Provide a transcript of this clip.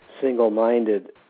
single-minded